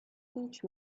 teach